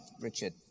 Richard